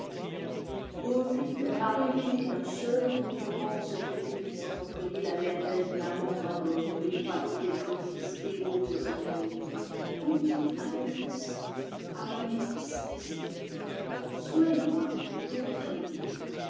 ovide a révélé d'un seul mot comment on se fait aimer sans employer la verveine la mandragore les pattes d'écrevisse et autres ingrédients ut amerisj amabilis esto sois aimable pour être aimé